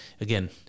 again